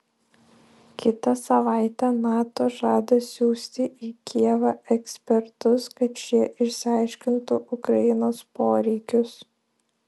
kitą savaitę nato žada siųsti į kijevą ekspertus kad šie išsiaiškintų ukrainos poreikius